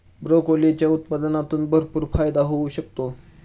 ब्रोकोलीच्या उत्पादनातून भरपूर फायदा होऊ शकतो